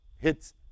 hits